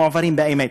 מועברים באמת.